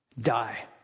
die